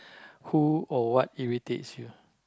who or what irritates you